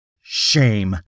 Shame